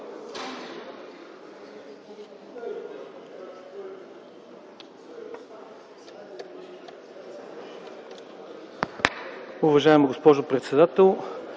Уважаема госпожо председател,